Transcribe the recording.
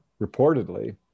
reportedly –